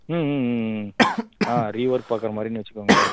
ம் ம் ம் ம் ஆ ரீவொர்க் பார்க்குற மாதிரின்னு வைச்சிக்கோங்களேன்